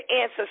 answer